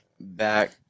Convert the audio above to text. back